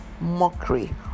mockery